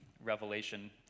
Revelation